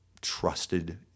trusted